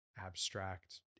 abstract